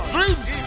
Dreams